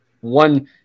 one